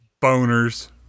Boners